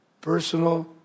Personal